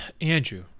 Andrew